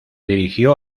dirigió